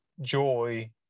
joy